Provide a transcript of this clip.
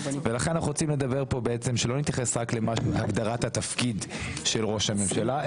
לכן אנחנו רוצים לומר פה שלא להתייחס רק להגדרת התפקיד של ראש הממשלה,